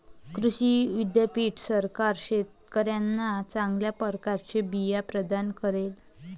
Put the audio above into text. कृषी विद्यापीठ सरकार शेतकऱ्यांना चांगल्या प्रकारचे बिया प्रदान करेल